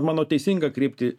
manau teisingą kryptį